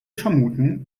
vermuten